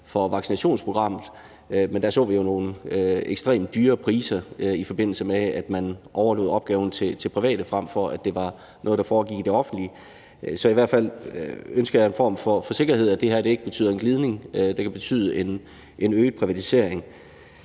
for vaccinationsprogrammet. Vi så nogle ekstremt dyre priser, i forbindelse med at man overlod opgaven til private, frem for at det var noget, der foregik i det offentlige. Så jeg ønsker i hvert fald en form for sikkerhed for, at det her ikke betyder en glidning, der kan betyde en øget privatisering.